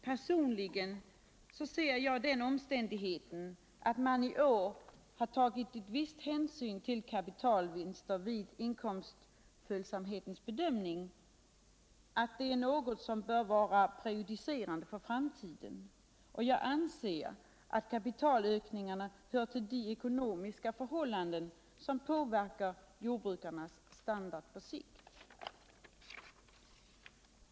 Personligen ser jag den omständigheten att man i år har tagit viss hänsyn till kapitalvinster vid bedömning av inkomstföljsamheten som prejudiccrande för framtiden. Jag anser att kapitalökningarna hör till de ekonomiska förhållanden som påverkar jordbrukarnas standard på sikt.